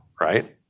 right